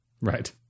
Right